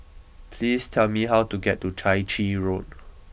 please tell me how to get to Chai Chee Road